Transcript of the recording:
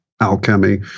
alchemy